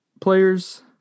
players